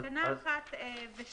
תקנה 1 ו-2,